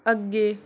ਅੱਗੇ